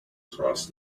crossed